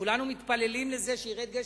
וכולנו מתפללים שירד גשם,